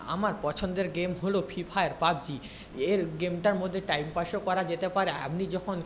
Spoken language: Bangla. আমার পছন্দের গেম হল ফ্রি ফায়ার পাবজি এর গেমটার মধ্যে টাইম পাসও করা যেতে পারে আপনি যখন